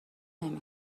نمی